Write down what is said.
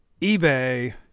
eBay